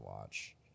watch